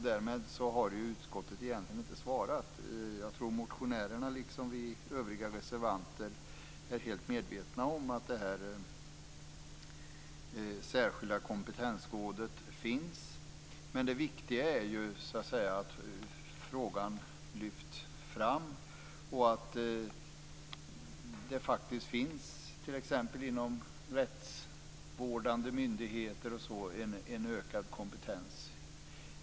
Därmed har utskottsmajoriteten egentligen inte svarat. Jag tror att motionärerna, liksom vi övriga reservanter, är medvetna om att det här särskilda kompetensrådet finns. Men det viktiga är att den här frågan lyfts fram och att det t.ex. inom rättsvårdande myndigheter faktiskt blir en ökad kompetens.